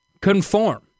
conform